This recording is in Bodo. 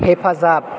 हेफाजाब